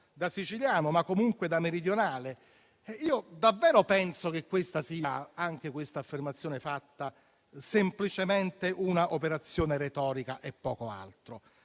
da siciliano, ma comunque da meridionale): io penso davvero che anche quest'affermazione sia semplicemente un'operazione retorica e poco altro.